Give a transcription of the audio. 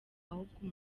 ahubwo